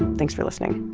thanks for listening